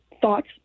thoughts